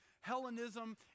Hellenism